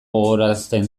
gogorarazten